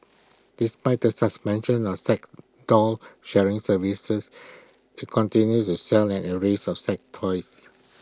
despite the suspension of sex doll sharing services IT continues to sell an arrays of sex toys